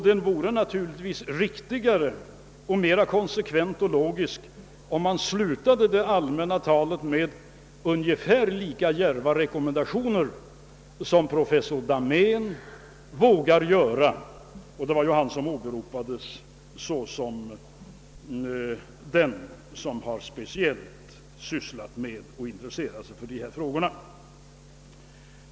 Det vore naturligtvis riktigare och mera konsekvent och logiskt, om man slutade detta allmänna tal med ungefär sådana djärva rekommendationer som professor Dahmén vågar göra — han åberopades ju såsom den som speciellt har sysslat med och intresserat sig för de här frågorna.